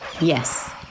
Yes